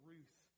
Ruth